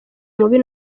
mubi